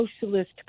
socialist